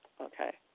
okay